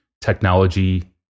technology